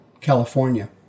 California